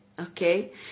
okay